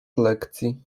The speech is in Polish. lekcji